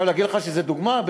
להגיד לך שזו דוגמה?